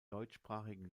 deutschsprachigen